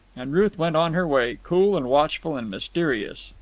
and ruth went on her way, cool and watchful and mysterious,